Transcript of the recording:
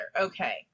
Okay